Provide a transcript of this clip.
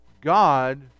god